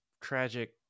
tragic